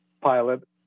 pilot